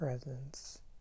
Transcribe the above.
Presence